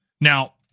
Now